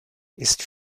ist